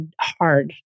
hard